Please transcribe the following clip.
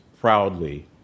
proudly